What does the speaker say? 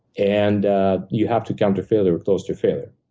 and you have to come to failure or close to failure.